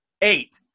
eight